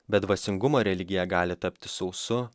be dvasingumo religija gali tapti sausu